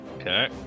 Okay